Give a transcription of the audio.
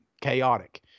chaotic